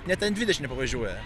net ant dvidešimt nepavažiuoja